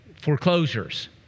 foreclosures